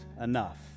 enough